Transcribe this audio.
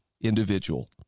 individual